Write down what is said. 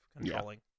controlling